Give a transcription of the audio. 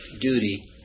duty